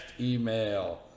email